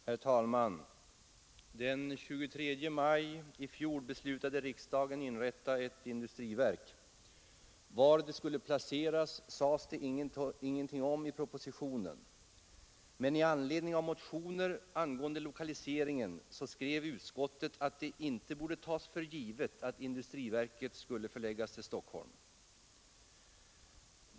Herr talman! Den 23 maj i fjol beslutade riksdagen att inrätta ett industriverk. Var det skulle placeras sades det ingenting om i propositionen, men med anledning av motioner angående lokaliseringen skrev näringsutskottet att det inte borde tas för givet att industriverket skulle förläggas till Stockholm.